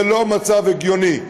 זה מצב לא הגיוני.